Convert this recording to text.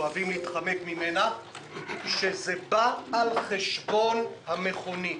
אוהבים להתחמק ממנה כשזה בא על חשבון המכונית.